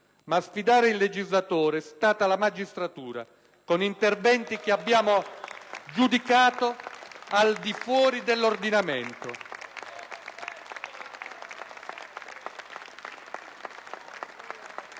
a sfidare il legislatore è stata la magistratura, con interventi che abbiamo giudicato al di fuori dell'ordinamento.